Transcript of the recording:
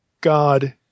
God